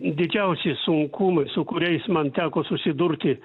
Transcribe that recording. didžiausi sunkumai su kuriais man teko susidurti